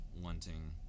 wanting